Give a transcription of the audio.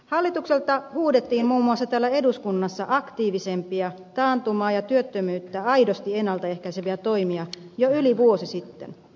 hallitukselta huudettiin muun muassa täällä eduskunnassa aktiivisempia taantumaa ja työttömyyttä aidosti ennalta ehkäiseviä toimia jo yli vuosi sitten